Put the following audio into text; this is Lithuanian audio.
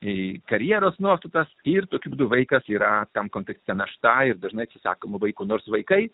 į karjeros nuostatas ir tokiu būdu vaikas yra tampame pikti našta ir dažnai atsisakome vaikų nors vaikai